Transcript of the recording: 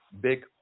big